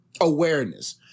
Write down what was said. Awareness